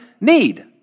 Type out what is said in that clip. need